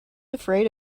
afraid